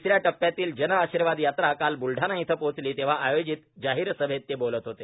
तिसऱ्या टप्प्यातील जनआशिर्वाद यात्रा काल ब्लडाणा इथं पोचली तेव्हा आयोजित जाहीर सभेत ते बोलत होते